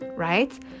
right